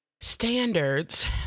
standards